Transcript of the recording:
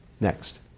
Next